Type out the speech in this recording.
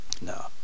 no